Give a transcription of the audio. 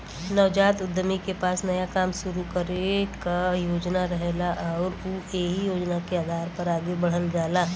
नवजात उद्यमी के पास नया काम शुरू करे क योजना रहेला आउर उ एहि योजना के आधार पर आगे बढ़ल जाला